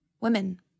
women